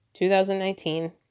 2019